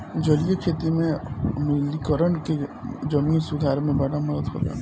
जलीय खेती में आम्लीकरण के जमीन सुधार में बड़ा मदद होला